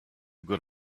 good